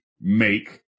make